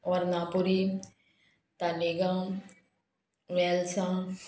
Varnapuri Talegaon Melsaon